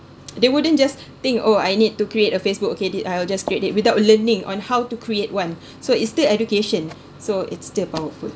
they wouldn't just think oh I need to create a facebook okay did I will just create it without learning on how to create one so it's still education so it's still powerful